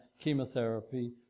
chemotherapy